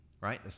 right